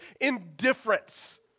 indifference